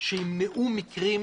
שימנעו מקרים